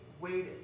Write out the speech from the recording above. waited